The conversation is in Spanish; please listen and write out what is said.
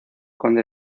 conde